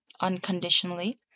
unconditionally